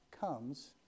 comes